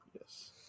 Yes